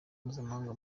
mpuzamahanga